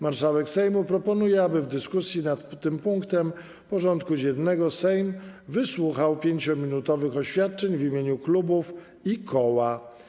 Marszałek Sejmu proponuje, aby w dyskusji nad tym punktem porządku dziennego Sejm wysłuchał 5-minutowych oświadczeń w imieniu klubów i koła.